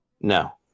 No